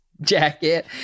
jacket